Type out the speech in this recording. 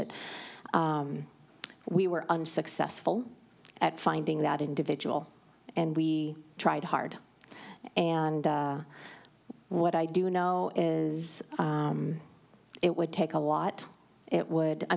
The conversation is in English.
it we were unsuccessful at finding that individual and we tried hard and what i do know is it would take a lot it would i